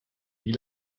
wie